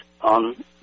on